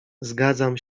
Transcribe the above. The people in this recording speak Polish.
zgadzam